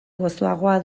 gozoagoa